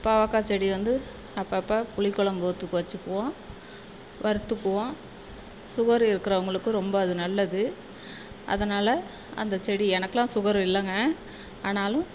பாவக்காய் செடி வந்து அப்பப்போ புளி கொழம்பு ஊற்றிக்க வெச்சுக்குவோம் வறுத்துக்குவோம் சுகரு இருக்கிறவுங்களுக்கு ரொம்ப அது நல்லது அதனாலே அந்த செடி எனக்கெலாம் சுகரு இல்லைங்க ஆனாலும்